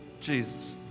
Jesus